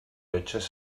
llotges